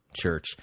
church